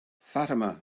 fatima